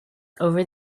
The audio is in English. over